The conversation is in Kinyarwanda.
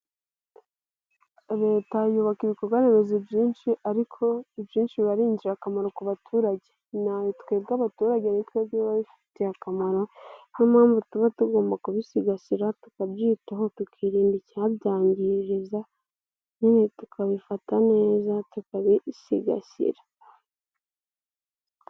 Leta yubaka ibikorwa remezo byinshi ariko, ibyinshi biba ari ingirakamaro ku baturage. Twebwe abaturage ni twebwe biba bifitiye akamaro, niyo mpamvu tuba tugomba kubisigasira tukabyitaho tukirinda icyabyangiriza, nyine tukabifata neza tukabisigasira.